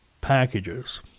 packages